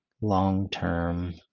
long-term